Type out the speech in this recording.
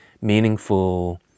meaningful